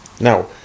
Now